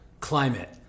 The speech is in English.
climate